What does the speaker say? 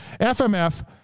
Fmf